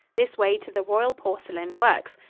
this way to the royal porcelain works,